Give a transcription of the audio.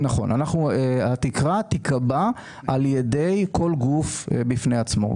והתקרה תיקבע על ידי כל גוף בפני עצמו.